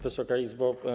Wysoka Izbo!